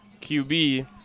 QB